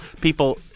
people